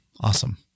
Awesome